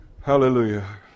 Hallelujah